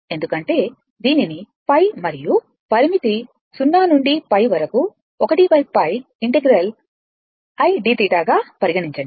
ఎందుకంటే దీనిని π మరియు పరిమితి 0నుండి π మరియు 1 π ఇంటిగ్రల్ I dθ గా పరిగణించండి